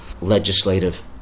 legislative